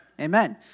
Amen